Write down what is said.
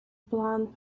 blonde